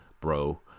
bro